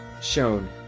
shown